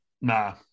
Nah